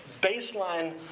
baseline